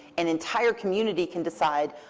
an entire community can decide,